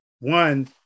one